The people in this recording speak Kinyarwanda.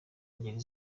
ingeri